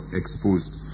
exposed